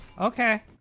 Okay